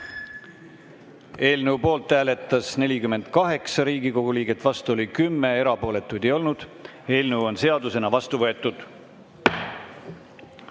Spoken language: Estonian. Eelnõu poolt hääletas 48 Riigikogu liiget, vastu oli 10, erapooletuid ei olnud. Eelnõu on seadusena vastu võetud.